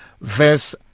verse